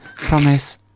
promise